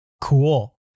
cool